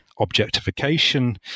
objectification